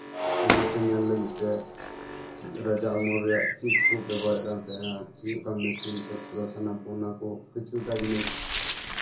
ᱚᱱᱟ ᱠᱚ ᱧᱮᱞ ᱞᱟᱹᱜᱤᱫᱛᱮ ᱨᱟᱡᱟ ᱟᱢᱚᱞ ᱨᱮᱭᱟᱜ ᱪᱮᱫ ᱠᱚ ᱵᱮᱵᱚᱦᱟᱨᱮᱫ ᱠᱟᱱ ᱛᱟᱸᱦᱮᱱᱟ ᱪᱮᱫ ᱞᱮᱠᱟ ᱢᱮᱥᱤᱱ ᱯᱚᱛᱨᱚ ᱥᱟᱱᱟᱢ ᱚᱱᱟ ᱠᱚ ᱠᱤᱪᱷᱩᱴᱟ ᱡᱤᱱᱤᱥ